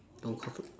don't call the